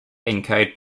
encode